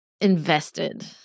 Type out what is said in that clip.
invested